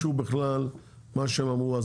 בכלל מה שהם אמרו,